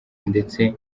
ndetse